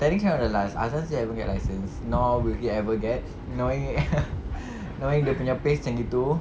technically I'm the last azlan still haven't get license nor will he ever get knowing knowing dia punya pace macam gitu